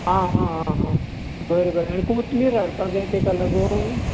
आं हां हां बरें बरें कोत्मीर हाडपाक जाय तेका लागून